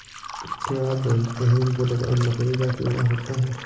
क्या आप जानते है वुडवर्म लकड़ी का कीड़ा होता है?